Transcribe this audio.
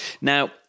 Now